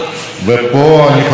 אני רק מברך אותך,